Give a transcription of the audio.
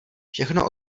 všechno